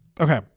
Okay